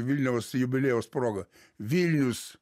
vilniaus jubiliejaus proga vilnius